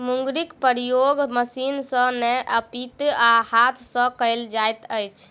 मुंगरीक प्रयोग मशीन सॅ नै अपितु हाथ सॅ कयल जाइत अछि